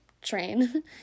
train